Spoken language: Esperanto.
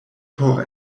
por